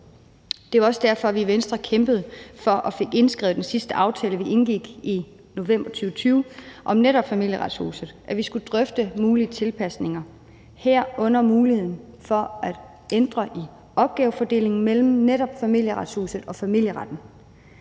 Det var også derfor, at vi i Venstre kæmpede for og fik indskrevet i den sidste aftale, vi indgik i november 2020, om netop Familieretshuset, at vi skulle drøfte mulige tilpasninger, herunder muligheden for at ændre i opgavefordelingen mellem netop Familieretshuset og familieretten.